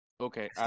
Okay